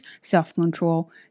self-control